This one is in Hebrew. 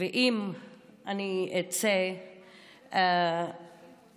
ואם אני אצא חיובית,